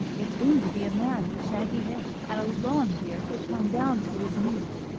it seemed to be a man with shaggy hair, and a long beard which hung down to his knees.